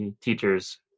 teachers